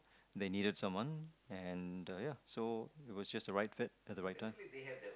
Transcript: they needed someone and ya so it was just the right fit at the right time